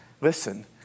listen